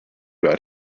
about